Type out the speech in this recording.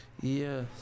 Yes